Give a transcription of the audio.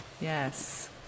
yes